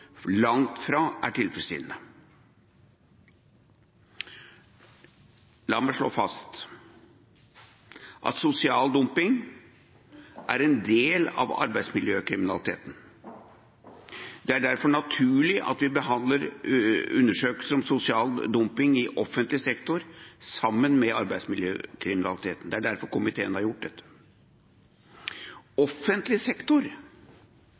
langt fra er tilfredsstillende. La meg slå fast at sosial dumping er en del av arbeidsmiljøkriminaliteten. Det er derfor naturlig at vi behandler undersøkelsen om sosial dumping i offentlig sektor sammen med arbeidsmiljøkriminaliteten. Det er derfor komiteen har gjort det. Offentlig sektor